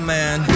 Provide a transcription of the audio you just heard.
man